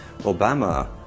Obama